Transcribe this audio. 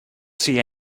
see